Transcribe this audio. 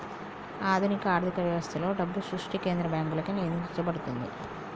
ఆధునిక ఆర్థిక వ్యవస్థలలో, డబ్బు సృష్టి కేంద్ర బ్యాంకులచే నియంత్రించబడుతుంది